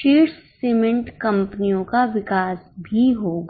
शीर्ष सीमेंट कंपनियों का विकास भी होगा